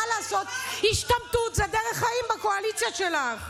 מה לעשות, השתמטות זו דרך חיים בקואליציה שלך.